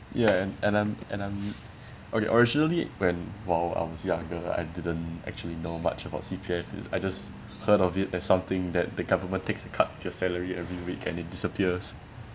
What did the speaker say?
ya and and I'm and I'm okay originally when while I was younger I didn't actually know much about C_P_F is I just heard of it as something that the government takes a cut of your salary every week and it disappears